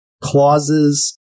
clauses